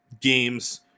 games